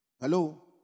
hello